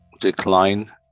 decline